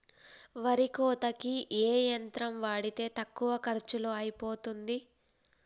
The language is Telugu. వరి కోతకి ఏ యంత్రం వాడితే తక్కువ ఖర్చులో అయిపోతుంది?